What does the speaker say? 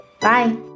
Bye